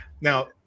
Now